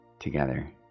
together